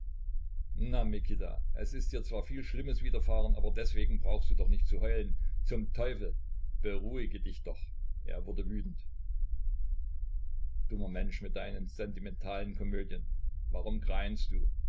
na mikita es ist dir zwar viel schlimmes widerfahren aber deswegen brauchst du nicht zu heulen zum teufel beruhige dich doch er wurde wütend dummer mensch mit deinen sentimentalen komödien warum greinst du